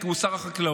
כי הוא שר החקלאות,